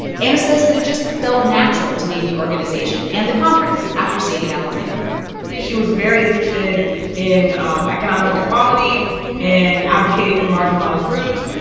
anna says that it just felt natural to name the organization and the conference after sadie alexander she was very interested in and um economic equality and advocating for marginalized groups.